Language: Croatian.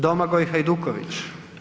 Domagoj Hajduković.